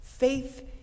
Faith